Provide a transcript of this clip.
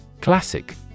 Classic